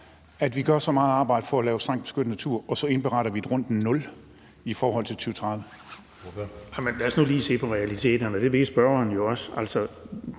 at vi gør så meget arbejde for at lave strengt beskyttet natur og så indberetter vi et rundt nul i forhold til 2030?